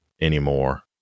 anymore